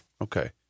Okay